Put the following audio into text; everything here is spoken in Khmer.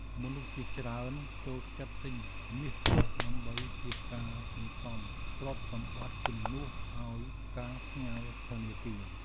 មនុស្សជាច្រើនចូលចិត្តទិញមាសទុក ដើម្បីជាការសន្សំទ្រព្យសម្បត្តិជំនួសឱ្យការផ្ញើធនាគារ។